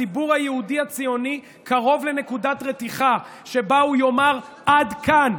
הציבור היהודי הציוני קרוב לנקודת רתיחה שבה הוא יאמר: עד כאן.